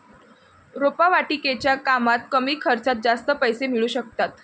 रोपवाटिकेच्या कामात कमी खर्चात जास्त पैसे मिळू शकतात